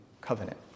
covenant